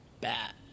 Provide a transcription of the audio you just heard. bad